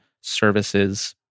services